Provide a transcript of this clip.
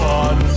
on